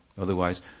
Otherwise